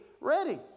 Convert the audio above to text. ready